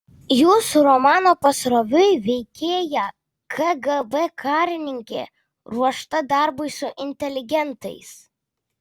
jūsų romano pasroviui veikėja kgb karininkė ruošta darbui su inteligentais